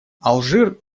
алжир